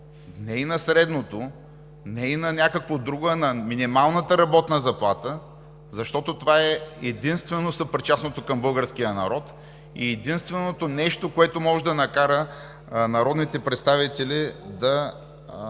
не и на средното, не и на някакво друго, а на минималната работна заплата, защото това е единствено съпричастното към българския народ и единственото нещо, което може да накара народните представители да